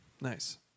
Nice